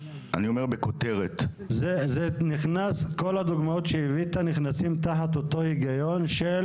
אני אומר בכותרת --- כל הדוגמאות שהבאת נכנסות תחת אותו היגיון של